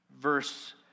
Verse